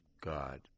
God